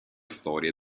storia